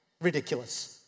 ridiculous